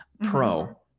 pro